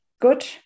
good